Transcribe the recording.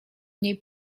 niej